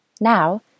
Now